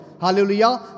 Hallelujah